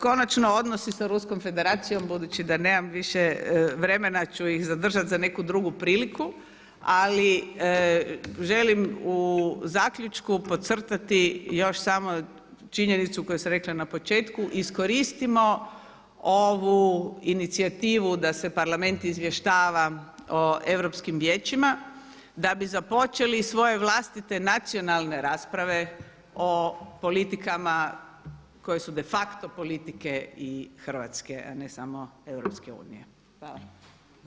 Konačno, odnosi sa Ruskom Federacijom budući da nemam više vremena ću ih zadržati za neku drugu priliku, ali želim u zaključku podcrtati još samo činjenicu koju sam rekla na početku iskoristimo ovu inicijativu da se Parlament izvještava o europskim vijećima da bi započeli svoje vlastite nacionalne rasprave o politikama koje su de facto politike i Hrvatske, a ne samo EU.